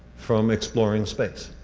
from exploring space.